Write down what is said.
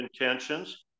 intentions